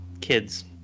kids